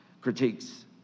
critiques